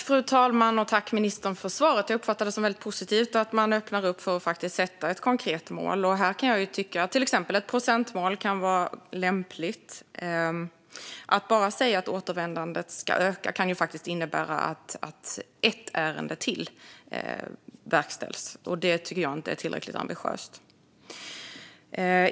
Fru talman! Tack, ministern, för svaret! Jag uppfattar det som väldigt positivt att man öppnar upp för att faktiskt sätta ett konkret mål. Här kan jag tycka att till exempel ett procentmål kan vara lämpligt. Att bara säga att återvändandet ska öka kan ju faktiskt innebära att ett ärende till verkställs, och det tycker jag inte är tillräckligt ambitiöst.